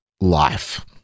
life